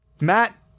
Matt